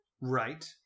Right